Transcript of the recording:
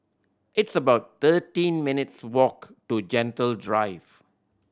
it's about thirteen minutes' walk to Gentle Drive